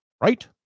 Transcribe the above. right